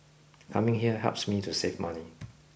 coming here helps me to save money